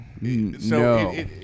no